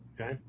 okay